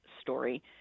story